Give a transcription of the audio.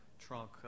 trunk